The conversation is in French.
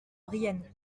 brienne